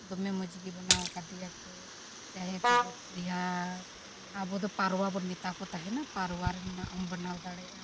ᱫᱚᱢᱮ ᱢᱚᱡᱽ ᱜᱮ ᱵᱮᱱᱟᱣ ᱠᱟᱫᱮᱭᱟᱠᱚ ᱪᱟᱦᱮ ᱠᱚᱵᱩᱛ ᱦᱩᱭᱮᱱ ᱟᱨ ᱟᱵᱚ ᱫᱚ ᱯᱟᱣᱨᱟ ᱵᱚᱱ ᱢᱮᱛᱟ ᱠᱚ ᱛᱟᱦᱮᱱᱟ ᱯᱟᱣᱨᱟ ᱨᱮᱱᱟᱜ ᱦᱚᱢ ᱵᱮᱱᱟᱣ ᱫᱟᱲᱮᱭᱟᱜᱼᱟ